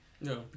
No